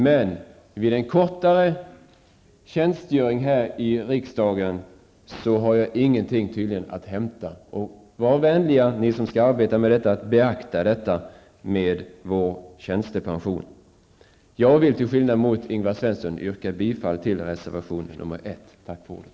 Men med en kortare tjänstgöringstid här i riksdagen har jag tydligen ingenting att hämta. Var vänliga, ni som skall arbeta med detta, att beakta hur det blir med vår tjänstepension. Till skillnad från Ingvar Svensson vill jag yrka bifall till reservation nr 1. Tack för ordet.